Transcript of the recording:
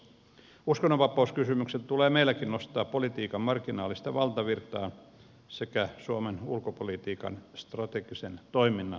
uskonnonvapauskysymykset tulee meilläkin nostaa politiikan marginaalista valtavirtaan sekä suomen ulkopolitiikan strategisen toiminnan kohteeksi